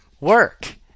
work